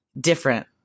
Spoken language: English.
different